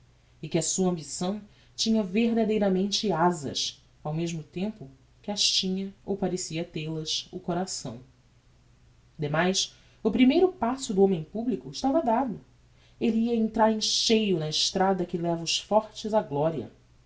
e que a sua ambição tinha verdadeiramente azas ao mesmo tempo que as tinha ou parecia tel as o coração demais o primeiro passo do homem publico estava dado elle ia entrar em cheio na estrada que leva os fortes á gloria